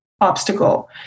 obstacle